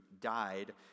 died